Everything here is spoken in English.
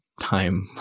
Time